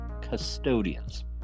Custodians